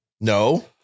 No